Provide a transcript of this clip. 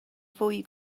fwy